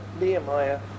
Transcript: Nehemiah